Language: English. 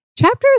Chapter